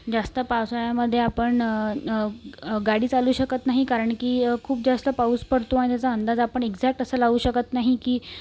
जास्त पावसाळ्यामध्ये आपण गाडी चालवू शकत नाही कारण की खूप जास्त पाऊस पडतो आणि त्याचा अंदाज आपण एक्झॅट असं लावू शकत नाही की